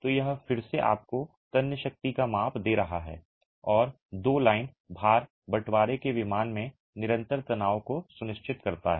तो यह फिर से आपको तन्य शक्ति का माप दे रहा है और दो लाइन भार बंटवारे के विमान में निरंतर तनाव को सुनिश्चित करता है